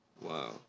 Wow